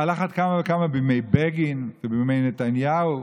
ועל אחת כמה וכמה בימי בגין ובימי נתניהו.